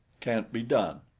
can't be done.